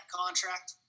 contract